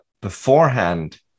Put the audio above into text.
beforehand